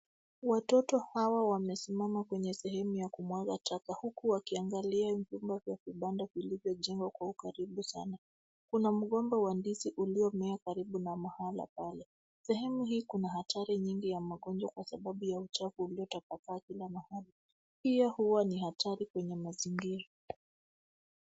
Watoto hawa wamesimama kwenye sehemu ya kumwaga chapa huku wakiangalia vyumba vya vibanda vilivyojengwa kwa ukaribu sana, kuna mgomba wa ndizi uliomea karibu na mahala pale, sehemu hii kuna hatari nyingi ya magonjwa kwa sababu ya uchafu iliyotapakaa kila mahali hiyo huwa ni hatari kwenye mazingira.